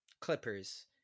Clippers